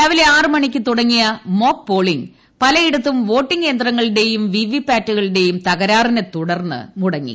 രാവിലെ ആറ് മണിക്ക് തുടങ്ങിയ മോക്ക് പോളിംഗ് പലയിടത്തും വോട്ടിംഗ് യന്ത്രങ്ങളുടെയും വിവിപാറ്റുകളുടെയും തകരാറിനെത്തുടർന്ന് മുടങ്ങി